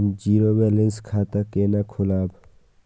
हम zero balance खाता केना खोलाब?